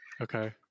Okay